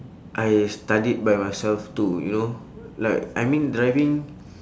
I studied by myself to you know like I mean driving